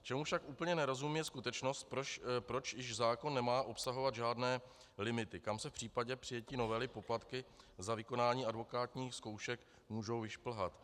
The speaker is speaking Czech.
Čemu však úplně nerozumím, je skutečnost, proč již zákon nemá obsahovat žádné limity, kam se v případě přijetí novely poplatky za vykonání advokátních zkoušek můžou vyšplhat.